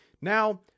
Now